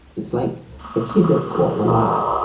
it's like a kid that's caught in a lie.